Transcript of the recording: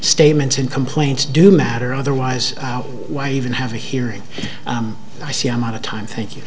statements and complaints do matter otherwise why even have a hearing i see i'm out of time thank you